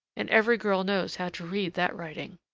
and every girl knows how to read that writing.